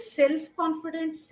self-confident